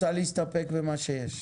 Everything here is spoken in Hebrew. את רוצה להסתפק במה שיש,